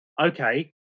okay